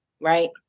right